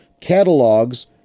Catalogs